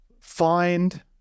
find